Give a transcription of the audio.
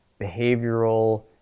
behavioral